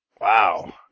Wow